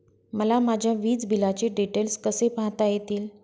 मला माझ्या वीजबिलाचे डिटेल्स कसे पाहता येतील?